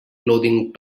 clothing